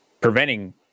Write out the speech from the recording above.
preventing